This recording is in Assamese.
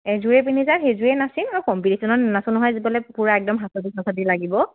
এযোৰে পিন্ধি যাম সেইযোৰে নাচিম আৰু কম্পিটিশ্যত নেনাচো নহয় যিবলে পুৰা একদম হাঁচতি চাচতি লাগিব